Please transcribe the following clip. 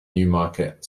newmarket